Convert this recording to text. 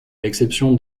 l’exception